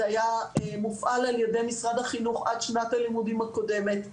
זה היה מופעל על ידי משרד החינוך עד שנת הלימודים הקודמת.